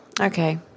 Okay